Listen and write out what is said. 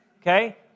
okay